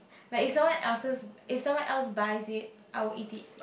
like someone else's is someone else buy it I will eat it